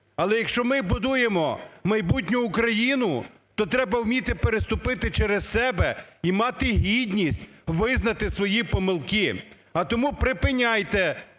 Але, якщо ми будуємо майбутню Україну, то треба вміти переступити через себе і мати гідність визнати свої помилки. А тому припиняйте